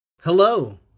hello